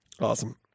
Awesome